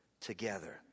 together